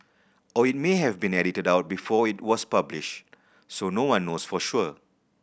or it may have been edited out before it was published so no one knows for sure